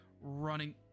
running